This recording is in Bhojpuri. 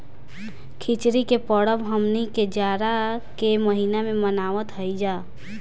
खिचड़ी के परब हमनी के जाड़ा के महिना में मनावत हई जा